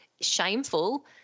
shameful